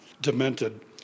demented